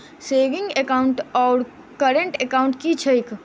Saving account आओर current account की छैक?